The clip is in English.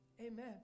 Amen